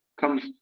comes